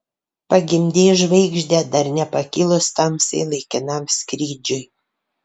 pagimdei žvaigždę dar nepakilus tamsai laikinam skrydžiui